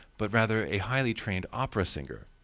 but rather a highly trained opera singer.